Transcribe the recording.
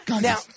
Now